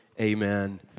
amen